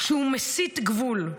שהוא מסיג גבול.